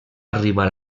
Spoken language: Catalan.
arribar